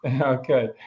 Okay